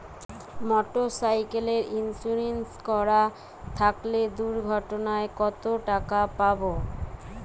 Motorcycle insurance করা থাকলে দুঃঘটনায় কতটাকা পাব?